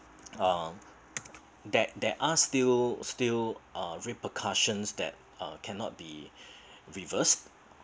um that there are still still uh repercussions that uh cannot be reversed